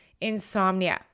insomnia